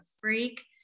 freak